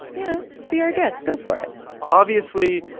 you know, be our guest. go for it obviously,